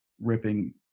ripping